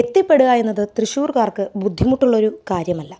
എത്തിപ്പെടുക എന്നത് തൃശ്ശൂർകാർക്ക് ബുദ്ധിമുട്ടുള്ള ഒരു കാര്യമല്ല